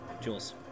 Jules